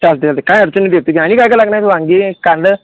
चालते चालते काय अडचण नाही देतं की आणि काय काय लागणार आहेत वांगी कांदे